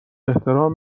احترام